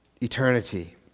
eternity